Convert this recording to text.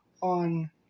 on